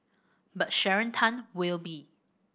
but Sharon Tan will be